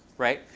right?